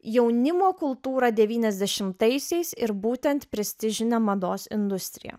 jaunimo kultūrą devyniasdešimtaisiais ir būtent prestižinę mados industriją